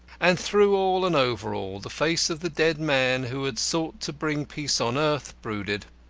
and through all, and over all, the face of the dead man, who had sought to bring peace on earth, brooded.